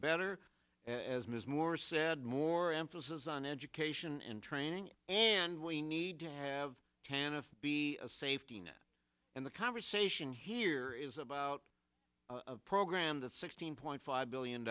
better as ms moore said more emphasis on education and training and we need to have canada be a safety net and the conversation here is about program the sixteen point five billion